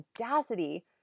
audacity